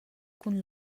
cun